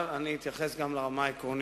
אבל אתייחס גם לרמה העקרונית.